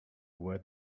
wear